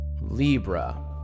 Libra